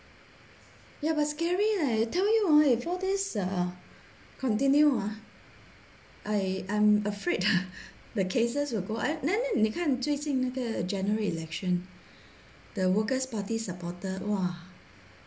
ya but scary leh I tell you before this continue ah I I'm afraid the cases will go up then 你看最近那个 general election the workers' party supporter !wah!